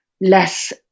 less